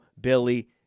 Billy